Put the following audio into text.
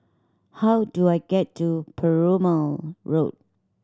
how do I get to Perumal Road